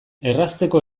errazteko